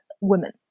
women